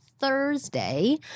Thursday